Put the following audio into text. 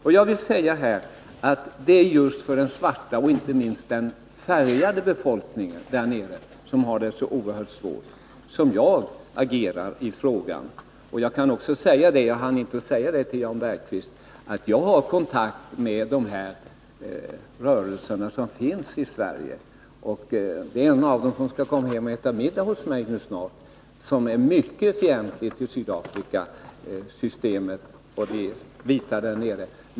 Det är inte minst med tanke på den färgade befolkningen — som har det så oerhört svårt — som jag agerar i frågan. Till Jan Bergqvist hann jag inte säga att jag har kontakt med rörelserna i Sverige. Med en person som tillhör en sådan rörelse har jag kommit överens om att äta middag. Han är mycket fientlig mot det sydafrikanska systemet och mot de vita där nere.